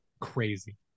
Crazy